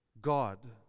God